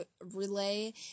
relay